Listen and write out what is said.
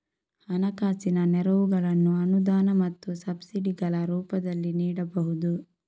ಹಣಕಾಸಿನ ನೆರವುಗಳನ್ನು ಅನುದಾನ ಮತ್ತು ಸಬ್ಸಿಡಿಗಳ ರೂಪದಲ್ಲಿ ನೀಡಬಹುದು